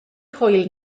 hwyl